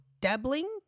dabbling